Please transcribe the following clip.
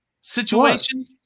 situation